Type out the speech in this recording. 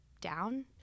down